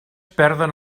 perden